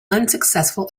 unsuccessful